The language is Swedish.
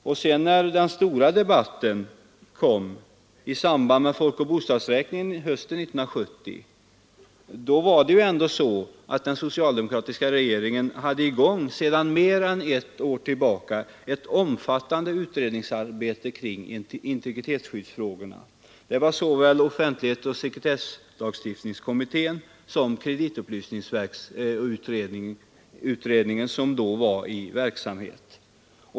När sedan den stora debatten kom i samband med folkoch bostadsräkningen hösten 1970 hade den socialdemokratiska regeringen sedan mer än ett år tillbaka satt i gång ett omfattande utredningsarbete kring integritetsskyddsfrågorna. Det var såväl offentlighetsoch sekretesslagstiftningskommittén som kreditupplysningsutredningen som då var i verksamhet.